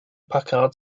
packard